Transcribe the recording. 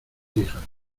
hijas